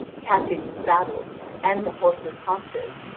catching the saddle and the horse's haunches,